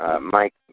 Mike